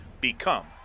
become